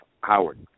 Howard